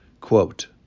Quote